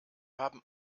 haben